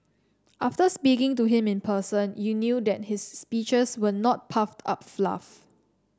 after speaking to him in person you knew that his speeches were not puffed up fluff